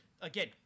again